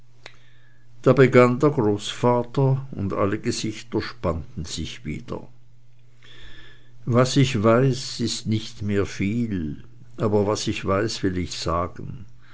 da begann der großvater und alle gesichter spannten sich wieder was ich weiß ist nicht mehr viel aber was ich weiß will ich sagen